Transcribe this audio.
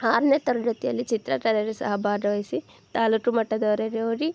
ಆರನೇ ತರಗತಿಯಲ್ಲಿ ಚಿತ್ರಕಲೆಯಲ್ಲಿ ಸಹ ಭಾಗವಹಿಸಿ ತಾಲೂಕು ಮಟ್ಟದವರೆಗೆ ಹೋಗಿ